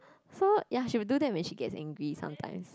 so ya she will do that when she get angry sometimes